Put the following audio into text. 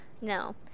no